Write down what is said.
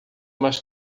mais